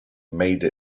made